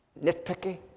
nitpicky